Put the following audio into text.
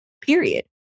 period